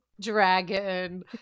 dragon